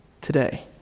today